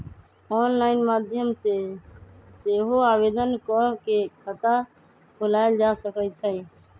online माध्यम से सेहो आवेदन कऽ के खता खोलायल जा सकइ छइ